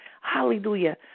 hallelujah